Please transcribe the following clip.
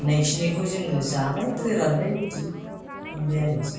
मोननायखिनिखौ जोङो जाबाय फोरानबाय बिदि मोनबाय आरो